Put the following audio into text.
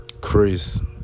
Chris